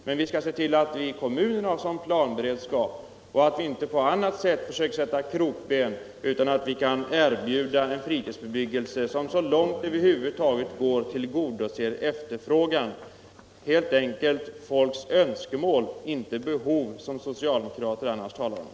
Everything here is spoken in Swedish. Men vi skall se till att kommunerna har så god planberedskap att det inte på något sätt går att sätta krokben eller onödigt fördröja fritidsbebyggelsen, och vi skall kunna erbjuda en fritidsbebyggelse som så långt det över huvud taget går tillgodoser efterfrågan. Det är helt enkelt folks önskemål vi skall tillgodose, och inte folks behov, som socialdemokraterna annars ofta talar om.